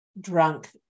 drunk